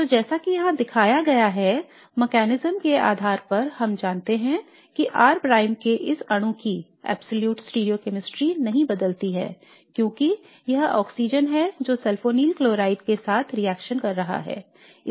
तो जैसा कि यहां दिखाया गया है तंत्र के आधार पर हम जानते हैं कि R प्राइम R के इस अणु की absolute stereochemistry नहीं बदलती है क्योंकि यह ऑक्सीजन है जो सल्फोनील क्लोराइड के साथ रिएक्शन कर रहा है